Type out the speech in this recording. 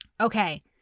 Okay